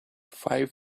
five